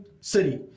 city